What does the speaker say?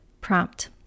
Prompt